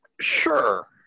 Sure